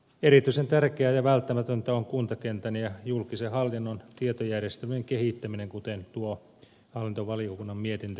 erityisen tärkeää ja välttämätöntä on kuntakentän ja julkisen hallinnon tietojärjestelmien kehittäminen kuten tuo hallintovaliokunnan mietintökin osoittaa